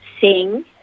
sing